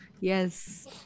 yes